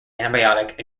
antibiotic